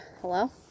Hello